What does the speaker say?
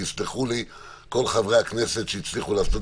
ויסלחו לי כל חברי הכנסת שהצליחו לעשות